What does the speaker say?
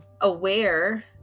aware